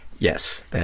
Yes